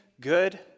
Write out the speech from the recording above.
good